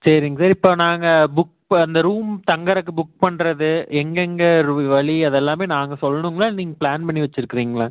சரிங்க சார் இப்போ நாங்கள் புக் அந்த ரூம் தங்குறதுக்கு புக் பண்ணுறது எங்கேங்க வழி அதெல்லாம் நாங்கள் சொல்ணுங்களா இல்லை நீங்கள் ப்ளான் பண்ணி வச்சுருக்குறீங்களா